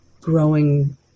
growing